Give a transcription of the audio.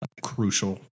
crucial